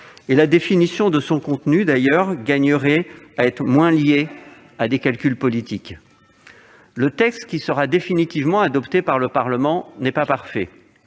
la définition de ce contenu gagnerait à être moins liée à des calculs politiques. Le texte qui sera définitivement adopté par le Parlement n'est pas parfait.